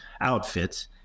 outfits